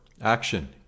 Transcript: action